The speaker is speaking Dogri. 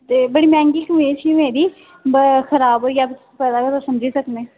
ते बड़ी मैह्ंगी कमीज ही मेरी ब खराब होई जाह्ग पता गै तुस समझी सकने